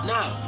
Now